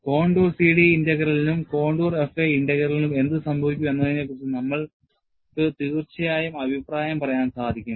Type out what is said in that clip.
contour CD ഇന്റഗ്രലിനും contour FA ഇന്റഗ്രലിനും എന്ത് സംഭവിക്കും എന്നതിനെക്കുറിച്ച് നമ്മൾക്കു തീർച്ചയായും അഭിപ്രായം പറയാൻ സാധിക്കും